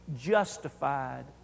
justified